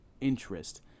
interest